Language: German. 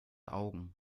augen